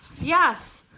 Yes